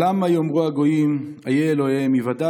"למה יאמרו הַגּוֹיִם איה אלהיהם יִוָּדַע